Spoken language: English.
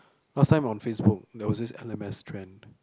last time on Facebook there was this L_M_S trend